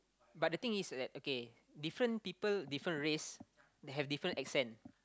but the thing is that okay different people different race have different accent